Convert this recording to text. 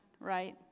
Right